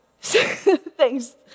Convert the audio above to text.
Thanks